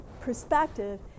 perspective